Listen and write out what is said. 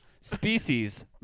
species